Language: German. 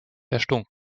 erstunken